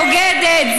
בוגדת,